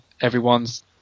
everyone's